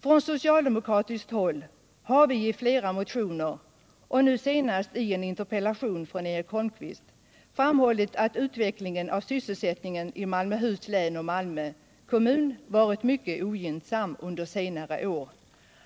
Från socialdemokratiskt håll har vi i flera motioner — och nu senast i en interpellation av Eric Holmqvist — framhållit att utvecklingen av sysselsättningen i Malmöhus län och i Malmö kommun varit mycket ogynnsam under senare år.